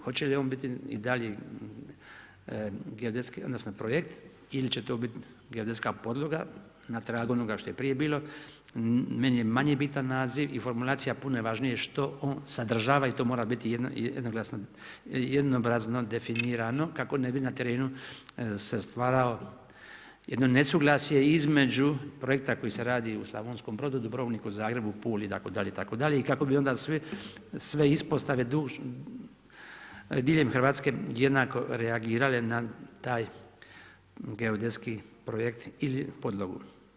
Hoće li on biti i dalje geodetski, odnosno projekt, ili će to biti geodetska podloga, na tragu ono što je prije bio, meni je manje bitan naziv i formulacija puno je važnije što on sadržava i to mora biti jednoglasno, jednoobrazno definirano, kako ne bi na terenu se stvarao jedno nesuglasje između projekta koji se radi u Slavonskom Brodu, Dubrovniku, Zagrebu, Puli itd., itd. i kako bi onda svi sve ispostave diljem Hrvatske jednako reagirale na taj geodetski projekt ili podlogu.